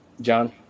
John